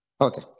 Okay